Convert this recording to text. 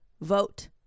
vote